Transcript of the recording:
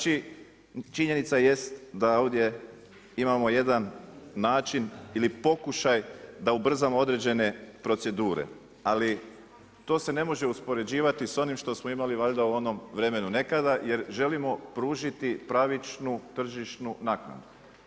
Činjenica jest da ovdje imamo jedan način ili pokušaj da ubrzamo određene procedure, ali to se ne može uspoređivati s onim što smo imali valjda u onom vremenu nekada, jer želimo pružiti pravičnu tržišnu naknadu.